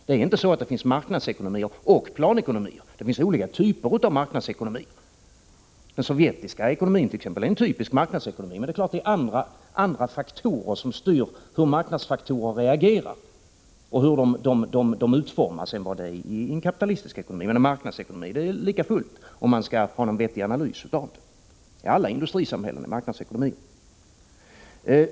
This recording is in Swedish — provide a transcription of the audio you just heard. Det är inte så att det å ena sidan finns marknadsekonomier och å andra sidan planekonomier, utan det finns olika typer av marknadsekonomier. Den sovjetiska ekonomin t.ex. är en typisk marknadsekonomi. Det är klart att det är annat som styr hur marknadsfaktorerna reagerar och utformas än i en kapitalistisk ekonomi, men en marknadsekonomi är det lika fullt. Om man skall göra någon vettig analys är alla industrisamhällen marknadsekonomier.